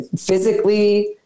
physically